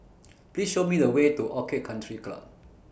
Please Show Me The Way to Orchid Country Club